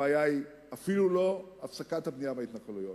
הבעיה היא אפילו לא הפסקת הבנייה בהתנחלויות.